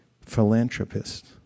philanthropist